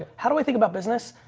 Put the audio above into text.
ah how do we think about business?